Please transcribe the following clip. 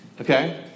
Okay